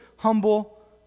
humble